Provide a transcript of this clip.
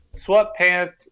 sweatpants